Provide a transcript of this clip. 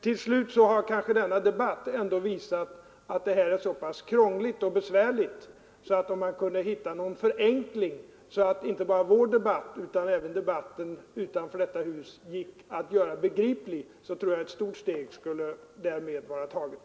Till slut vill jag säga att denna debatt kanske ändå visat att det här systemet med bränsleklausuler är så pass krångligt och besvärligt, att om man kunde hitta någon förenkling, som gjorde inte bara vår debatt utan även debatten utanför detta hus begriplig, skulle ett stort steg vara taget.